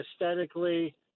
aesthetically